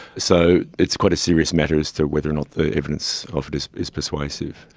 so it's quite a serious matter as to whether or not the evidence of it is is persuasive.